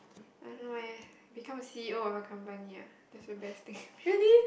I don't know eh become the C_E_O of a company ah that's the best thing